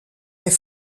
mais